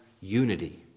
unity